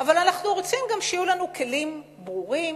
אבל אנחנו רוצים גם שיהיו לנו כלים ברורים,